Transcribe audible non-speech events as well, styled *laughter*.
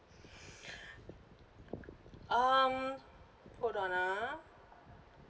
*breath* um hold on ah